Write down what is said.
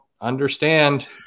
understand